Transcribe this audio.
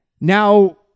Now